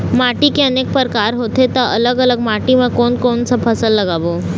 माटी के अनेक प्रकार होथे ता अलग अलग माटी मा कोन कौन सा फसल लगाबो?